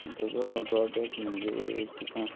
तेजो ड्रॉबॅक म्हणजे एक तुका